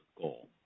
goal